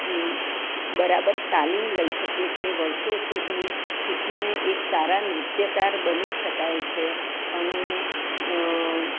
બરાબર તાલીમ લઈ શકીએ છીએ વર્ષો સુધી શીખીને એક સારા નૃત્યકાર બની શકાય છે અને